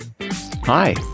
Hi